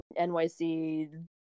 NYC